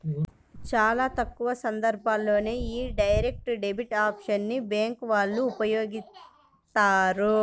చాలా తక్కువ సందర్భాల్లోనే యీ డైరెక్ట్ డెబిట్ ఆప్షన్ ని బ్యేంకు వాళ్ళు ఉపయోగిత్తారు